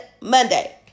Monday